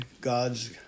God's